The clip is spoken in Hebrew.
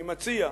אני מציע,